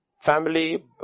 Family